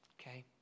Okay